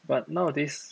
but nowadays